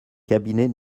cabinet